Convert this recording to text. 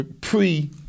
pre